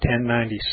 1096